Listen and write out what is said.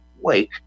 Wake